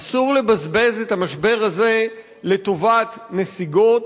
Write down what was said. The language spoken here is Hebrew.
אסור לבזבז את המשבר הזה לטובת נסיגות,